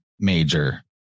major